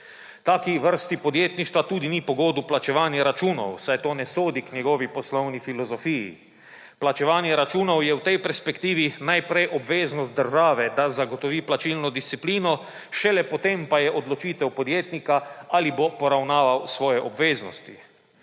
Taki vrsti podjetništva tudi ni po godu plačevanje računov, saj to ne sodi k njegovi poslovni filozofiji. Plačevanje računov je v tej perspektivi najprej obveznost države, da zagotovi plačilno disciplino, šele potem pa je odločitev podjetnika, ali bo poravnaval svoje obveznosti.